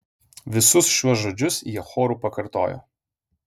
visus šiuos žodžius jie choru pakartojo